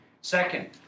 Second